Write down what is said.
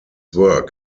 work